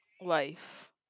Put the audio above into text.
life